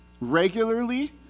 regularly